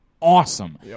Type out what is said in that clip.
awesome